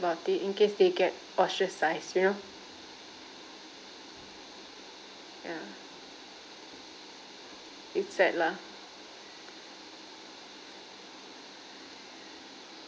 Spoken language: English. about it in case they get ostracised you know ya it's sad lah